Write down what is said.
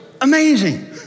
amazing